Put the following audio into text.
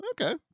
Okay